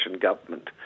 government